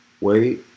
wait